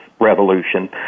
revolution